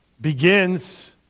begins